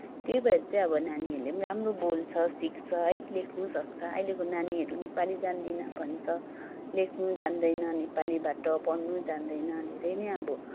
त्यही भएर चाहिँ अब नानीहरूले पनि राम्रो बोल्छ सिक्छ है लेख्नुसक्छ अहिलेको नानीहरू नेपाली जान्दिनँ भन्छ लेख्नु जान्दैन नेपालीबाट पढ्नु जान्दैन धेरै नै अब